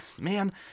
man